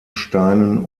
steinen